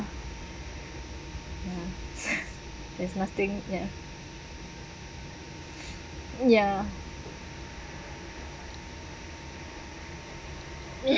it's nothing ya ya